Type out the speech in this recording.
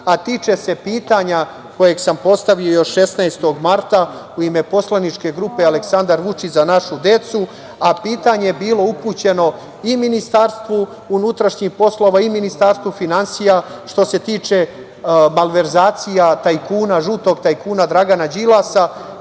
a tiče se pitanja koje sam postavio još 16. marta u ime poslaničke grupe Aleksandar Vučić – za našu decu, a pitanje je bilo upućeno i Ministarstvu unutrašnjih poslova, i ministru finansija što se tiče malverzacije , što se tiče tajkuna, žutog tajkuna Dragana Đilasa,